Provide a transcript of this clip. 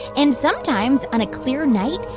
and sometimes, on a clear night,